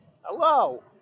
Hello